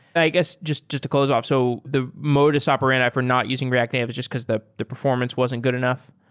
i guess just just to close off so the modus operandi for not using react native is just because the the performance wasn't good enough?